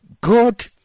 God